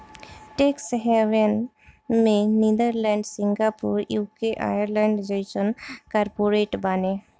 tax haven में Netherlands, Singapore, UK, Ireland जइसन corporate बाने